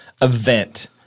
event